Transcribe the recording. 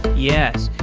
yes,